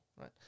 right